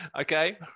Okay